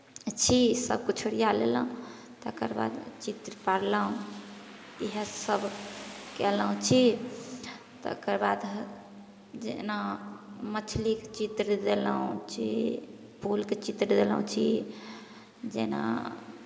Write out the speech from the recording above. छी सभकिछु ओरिया लेलहुँ तकर बाद चित्र पारलहुँ इएहसभ कयलहुँ छी तकर बाद जेना मछली चित्र देलहुँ छी फूलके चित्र देलहुँ छी जेना